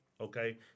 Okay